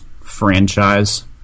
franchise